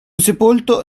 sepolto